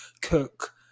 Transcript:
cook